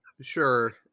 Sure